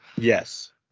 yes